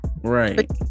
Right